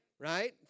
Right